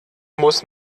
muss